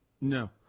No